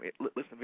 listen